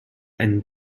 and